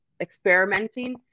experimenting